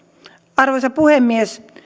arvoisa puhemies